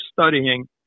studying